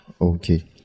okay